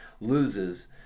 loses